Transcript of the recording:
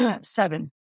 seven